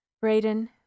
Braden